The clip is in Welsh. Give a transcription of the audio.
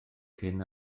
cyn